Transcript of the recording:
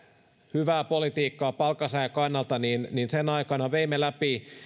hyvää politiikkaa palkansaajan kannalta niin niin sen aikana veimme läpi